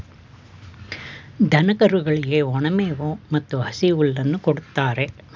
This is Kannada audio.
ದನ ಕರುಗಳಿಗೆ ಒಣ ಮೇವು ಮತ್ತು ಹಸಿ ಹುಲ್ಲನ್ನು ಕೊಡುತ್ತಾರೆ